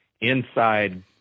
inside